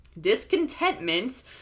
Discontentment